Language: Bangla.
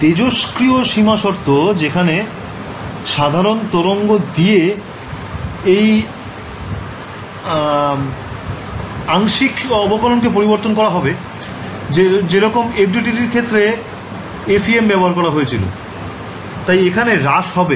তেজস্ক্রিয় সীমা শর্ত যেখানে সাধারণ তরঙ্গ দিয়ে এই আংশিক অবকলনকে পরিবর্তন করা হবে যেরকম FDTD এর ক্ষেত্রে FEM ব্যবহার করা হয়েছিল তাই এখানে হ্রাস হবে